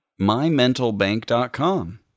Mymentalbank.com